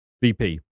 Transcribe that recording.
VP